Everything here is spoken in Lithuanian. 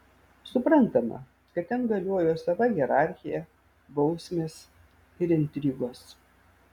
suprantama kad ten galiojo sava hierarchija bausmės ir intrigos